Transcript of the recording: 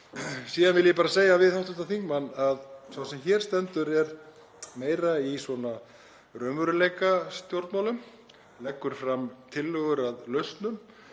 Síðan vil ég bara segja við hv. þingmann að sá sem hér stendur er meira í svona raunveruleikastjórnmálum, leggur fram tillögur að lausnum